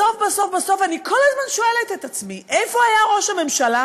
בסוף בסוף בסוף אני כל הזמן שואלת את עצמי: איפה היה ראש הממשלה